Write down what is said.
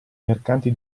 mercanti